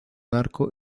arco